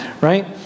right